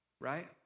right